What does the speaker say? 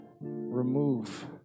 remove